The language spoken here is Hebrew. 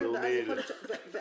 לביטוח הלאומי --- ניתן להם,